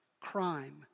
crime